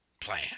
plan